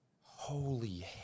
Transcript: Holy